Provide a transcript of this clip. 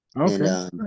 Okay